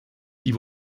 die